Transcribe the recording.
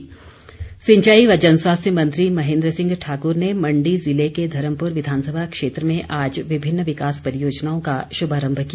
महेन्द्र सिंह सिंचाई व जन स्वास्थ्य मंत्री महेन्द्र सिंह ठाक्र ने मण्डी ज़िले के धर्मपुर विधानसभा क्षेत्र में आज विभिन्न विकास परियोजनाओं का श्मारम्भ किया